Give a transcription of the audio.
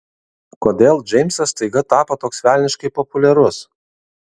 kodėl džeimsas staiga tapo toks velniškai populiarus